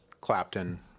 Clapton